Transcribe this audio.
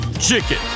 Chicken